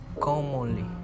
commonly